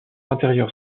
intérieurs